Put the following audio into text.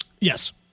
Yes